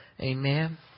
amen